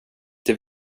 det